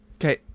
Okay